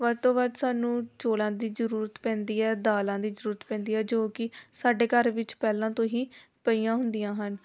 ਵੱਧ ਤੋਂ ਵੱਧ ਸਾਨੂੰ ਚੌਲਾਂ ਦੀ ਜ਼ਰੂਰਤ ਪੈਂਦੀ ਹੈ ਦਾਲਾਂ ਦੀ ਜ਼ਰੂਰਤ ਪੈਂਦੀ ਹੈ ਜੋ ਕਿ ਸਾਡੇ ਘਰ ਵਿੱਚ ਪਹਿਲਾਂ ਤੋਂ ਹੀ ਪਈਆਂ ਹੁੰਦੀਆਂ ਹਨ